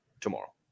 tomorrow